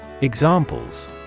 Examples